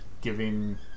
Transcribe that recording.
giving